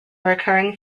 recurring